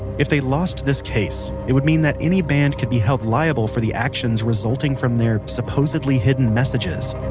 if they lost this case, it would mean that any band could be held liable for the actions resulting from their supposedly hidden messages